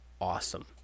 awesome